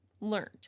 learned